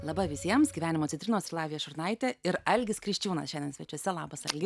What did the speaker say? laba visiems gyvenimo citrinos ir lavija šurnaitė ir algis kriščiūnas šiandien svečiuose labas algi